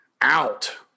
out